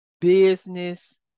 business